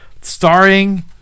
starring